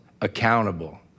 accountable